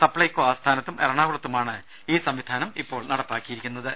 സപ്പൈകോ ആസ്ഥാനത്തും എറണാകുളത്തുമാണ് ഈ സംവിധാനം ഇപ്പോൾ നടപ്പിലാക്കിയിട്ടുള്ളത്